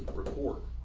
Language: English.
report.